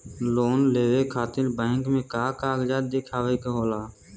Loan लेवे खातिर bank मे का कागजात दिखावे के होला?